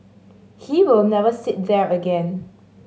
he will never sit there again